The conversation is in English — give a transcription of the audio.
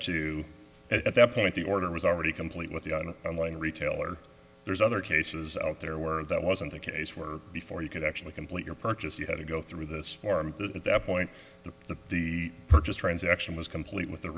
to at that point the order was already complete with the on line retailer there's other cases out there where that wasn't the case where before you could actually complete your purchase you had to go through this form at that point to the purchase transaction was complete with the